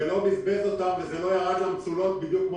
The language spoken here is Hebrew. ולא בזבז אותם והכסף לא ירד למצולות כמו